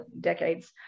decades